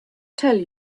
tell